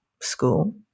school